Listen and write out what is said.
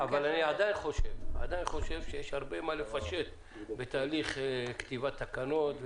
אבל אני עדיין חושב שיש הרבה מה לפשט בתהליך כתיבת תקנות.